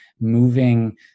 moving